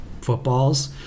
footballs